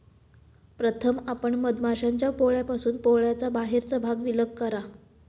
प्रथम आपण मधमाश्यांच्या पोळ्यापासून पोळ्याचा बाहेरचा भाग विलग करा